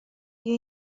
بیا